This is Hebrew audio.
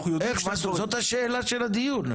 אנחנו יודעים --- זאת השאלה של הדיון.